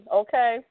okay